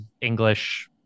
English